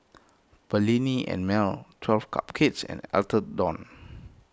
Perllini and Mel twelve Cupcakes and Atherton